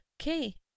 Okay